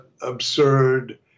absurd